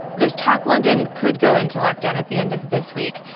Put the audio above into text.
there's talk london could go into lockdown at the end of this week.